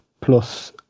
plus